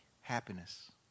Happiness